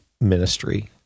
ministry